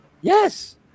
Yes